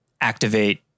Activate